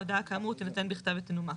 הודעה כאמור תינתן בכתב ותנומק.